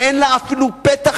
שאין לה אפילו פתח